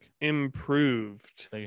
improved